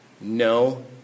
No